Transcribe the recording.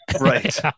Right